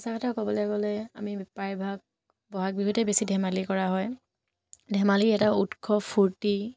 সঁচা কথা ক'বলৈ গ'লে আমি প্ৰায়ভাগ বহাগ বিহুতে বেছি ধেমালি কৰা হয় ধেমালিৰ এটা উৎস ফূৰ্তি